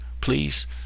Please